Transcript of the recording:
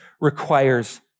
requires